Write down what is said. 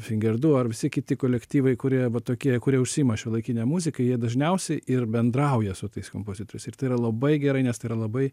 finger du ar visi kiti kolektyvai kurie va tokie kurie užsiima šiuolaikine muzika jie dažniausiai ir bendrauja su tais kompozitoriais ir tai yra labai gerai nes tai yra labai